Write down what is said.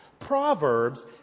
Proverbs